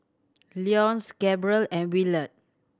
Leonce Gabriel and Willard